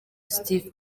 steve